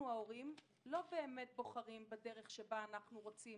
אנחנו ההורים לא באמת בוחרים בדרך שבה אנחנו רוצים,